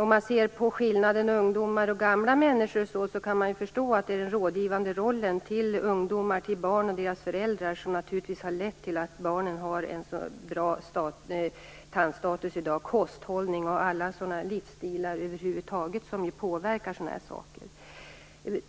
Om man ser på skillnaden mellan ungdomar och gamla människor, kan man ju förstå att det är den rådgivande rollen till ungdomar, till barn och deras föräldrar, som naturligtvis har lett till att barnen har en så bra tandstatus i dag. Det gäller kosthållning och livsstilar över huvud taget som ju påverkar sådana här saker.